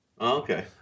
Okay